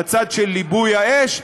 בצד של ליבוי האש,